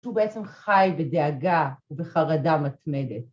‫שהוא בעצם חי בדאגה ובחרדה מתמדת.